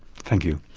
thank you.